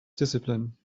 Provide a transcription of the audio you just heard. discipline